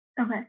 Okay